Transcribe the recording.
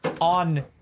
on